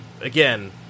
again